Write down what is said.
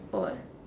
for what